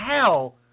hell